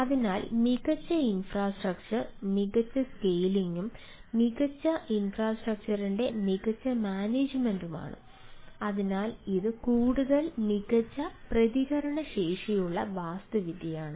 അതിനാൽ ഇത് കൂടുതൽ മികച്ച പ്രതികരണശേഷിയുള്ള വാസ്തുവിദ്യയാണ്